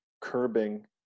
curbing